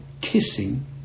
kissing